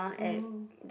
oh